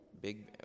big